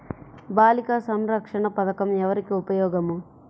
బాలిక సంరక్షణ పథకం ఎవరికి ఉపయోగము?